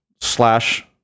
slash